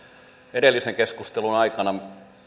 edellisen keskustelun aikana